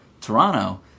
Toronto